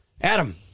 Adam